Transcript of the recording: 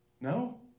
No